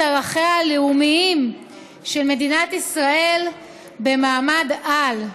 ערכיה הלאומיים של מדינת ישראל במעמד-על.